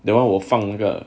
that one 我放个